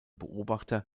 beobachter